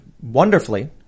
wonderfully